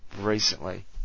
recently